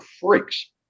freaks